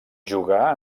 jugà